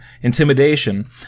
intimidation